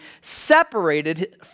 separated